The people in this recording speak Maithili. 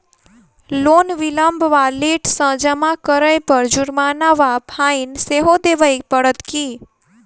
लोन विलंब वा लेट सँ जमा करै पर जुर्माना वा फाइन सेहो देबै पड़त की?